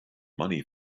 money